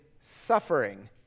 suffering